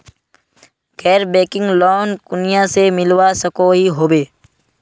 गैर banking loan कुनियाँ से मिलवा सकोहो होबे?